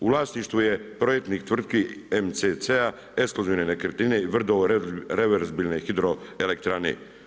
U vlasništvu je projektnih tvrtki MCC-a EKSKLUZIVNE NEKRETNINE i Vrdovo reverzibilne hidroelektrane.